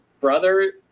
brother